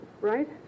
right